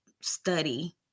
study